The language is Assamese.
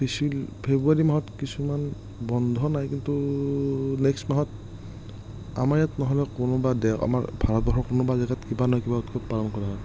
দিছিল ফেব্ৰুৱাৰী মাহত কিছুমান বন্ধ নাই কিন্তু নেক্সট মাহত আমাৰ ইয়াত নহ'লেও কোনোবা আমাৰ ভাৰতবৰ্ষৰ কোনোবা জেগাত কিবা নহয় কিবা উৎসৱ পালন কৰা হয়